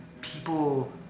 people